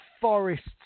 forests